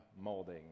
molding